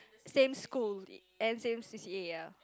same school and same C_C_A ya